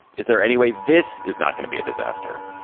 is there any way this is not going to be a disaster?